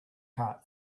cart